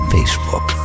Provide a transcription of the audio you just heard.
Facebook